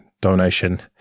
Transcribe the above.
donation